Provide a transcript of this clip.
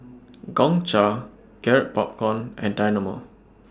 Gongcha Garrett Popcorn and Dynamo